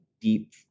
deep